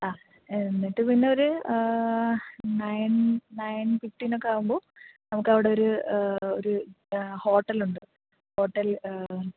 ആ എന്നിട്ട് പിന്നെ ഒരു നൈൻ നൈൻ ഫിഫ്റ്റീനൊക്കെ ആവുമ്പോൾ നമുക്ക് അവിടെ ഒരു ഒരു ഹോട്ടലുണ്ട് ഹോട്ടൽ